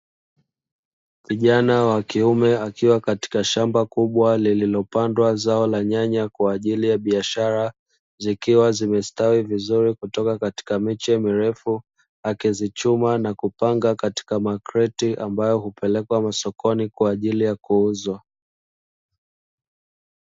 Kijana wa kiume akiwa katika shamba kubwa lililopandwa zao la nyanya kwa ajili ya biashara. Zikiwa zimestawi vizuri kutoka katika miche mirefu. Akizichuma na kupanga katika makreti ambayo hupelekwa sokoni kwa ajili ya kuuzwa.